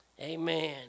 Amen